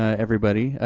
everybody,